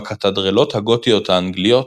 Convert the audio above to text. בקתדרלות הגותיות האנגליות,